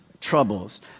troubles